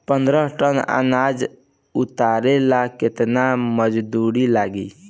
पन्द्रह टन अनाज उतारे ला केतना मजदूर लागी?